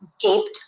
gaped